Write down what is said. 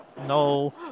No